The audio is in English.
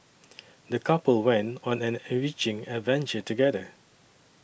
the couple went on an enriching adventure together